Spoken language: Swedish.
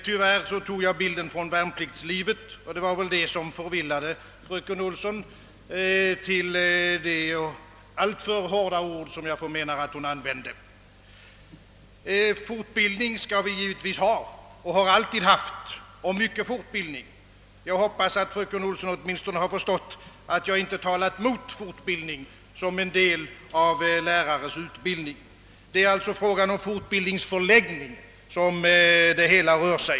Tyvärr tog jag bilden från värnpliktslivet, och det var väl det som förvillade fröken Olsson till de alltför hårda ord, som jag förmenar att hon använde, Fortbildning skall lärarna givetvis få — det har de alltid fått — och det behövs mycken fortbildning. Jag hoppas att fröken Olsson åtminstone har förstått, att jag inte talat mot fortbildning som en del av lärarnas utbildning. Det är alltså frågan om fortbildningens förläggning det gäller.